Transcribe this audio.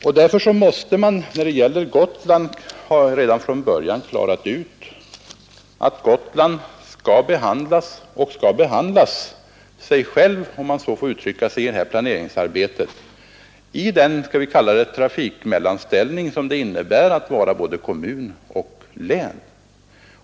I trafikplaneringsarbetet skall därför — det har jag redan klargjort — Gotland behandlas och skall behandla sig själv, om jag får uttrycka mig så, utifrån den trafikmellanställning som det innebär att vara både kommun och län.